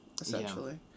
essentially